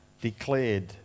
declared